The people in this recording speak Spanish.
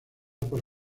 por